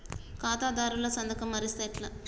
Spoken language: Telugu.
ఖాతాదారుల సంతకం మరిస్తే ఎట్లా?